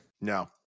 No